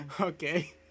Okay